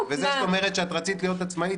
וזה שאת אומרת שרצית להיות עצמאית,